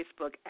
Facebook